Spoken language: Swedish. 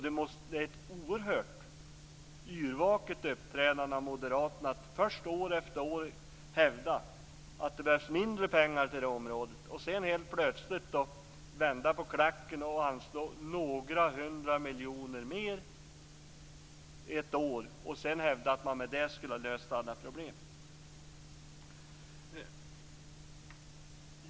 Det är ett oerhört yrvaket uppträdande från Moderaterna att först år efter år hävda att det behövs mindre pengar till detta område och sedan helt plötsligt vända på klacken och anslå några hundra miljoner mer ett år och sedan hävda att de därmed skulle ha löst alla problem.